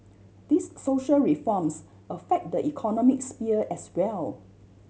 these social reforms affect the economic sphere as well